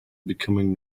becoming